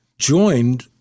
joined